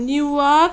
new York